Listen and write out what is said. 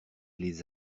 les